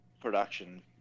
production